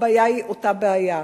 הבעיה היא אותה בעיה.